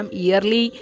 yearly